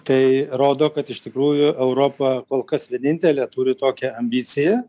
tai rodo kad iš tikrųjų europa kol kas vienintelė turi tokią ambiciją